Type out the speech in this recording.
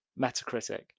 Metacritic